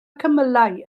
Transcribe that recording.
cymylau